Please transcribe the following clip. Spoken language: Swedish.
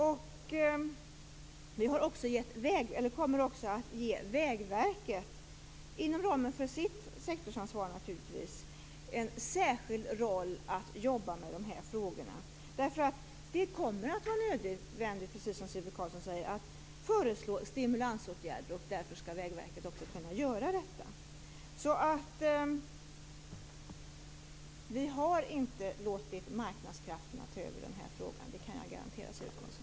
Vi kommer också att ge Vägverket - givetvis inom ramen för sitt sektorsansvar - en särskild roll när det gäller att jobba med de här frågorna. Det kommer att bli nödvändigt, precis som Sivert Carlsson säger, att föreslå stimulansåtgärder, och därför skall Vägverket också kunna göra detta. Vi har inte låtit marknadskrafterna ta över den här frågan. Det kan jag garantera Sivert Carlsson.